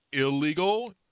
illegal